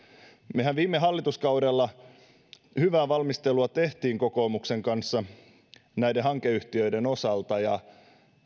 mehän viime hallituskaudella hyvää valmistelua teimme kokoomuksen kanssa näiden hankeyhtiöiden osalta ja